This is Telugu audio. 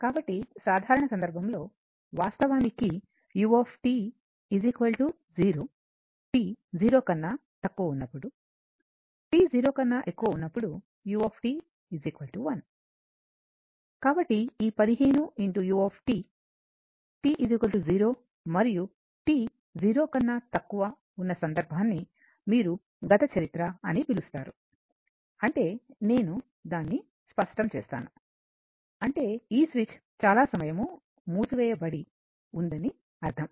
కాబట్టి సాధారణ సందర్భంలో వాస్తవానికి u 0 t 0 కన్నా తక్కువ t0 ఉన్నప్పుడు t 0 కన్నా ఎక్కువ t0 ఉన్నప్పుడు u 1 కాబట్టి ఈ 15 u t 0 మరియు t 0 కన్నా తక్కువ t0 ఉన్న సందర్భాన్ని మీరు గత చరిత్ర అని పిలుస్తారు అంటే నేను దాన్ని శుభ్రం చేస్తాను అంటే ఈ స్విచ్ చాలా సమయం మూసి వేయబడి ఉందని అర్ధం